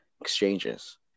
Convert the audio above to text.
exchanges